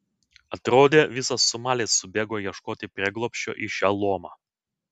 atrodė visas somalis subėgo ieškoti prieglobsčio į šią lomą